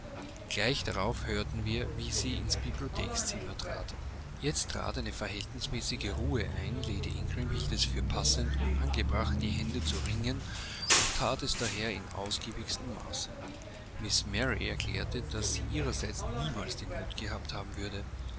gleich darauf hörten wir wie sie ins bibliothekzimmer trat jetzt trat eine verhältnismäßige ruhe ein lady ingram hielt es für passend und angebracht die hände zu ringen und that es daher in ausgiebigstem maße miß mary erklärte daß sie ihrerseits niemals den mut gehabt haben würde